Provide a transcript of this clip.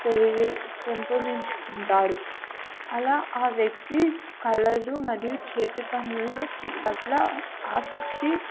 పెరిగి పెంపొందించుకుంటారు అలా ఆ వ్యక్తి కళలు మరియు చేతి పనులు పట్ల ఆసక్తి